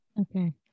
okay